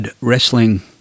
wrestling